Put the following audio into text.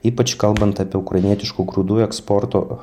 ypač kalbant apie ukrainietiškų grūdų eksporto